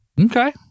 Okay